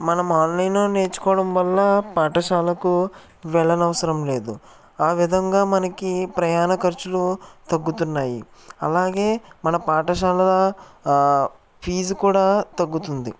మనం ఆన్లైన్లో నేర్చుకోవడం వల్ల పాఠశాలకు వెళ్ళనవసరం లేదు ఆ విధంగా మనకి ప్రయాణ ఖర్చులు తగ్గుతున్నాయి అలాగే మన పాఠశాలల ఫీజు కూడా తగ్గుతుంది